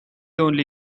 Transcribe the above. only